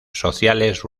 sociales